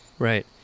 Right